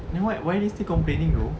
then what why they still complaining though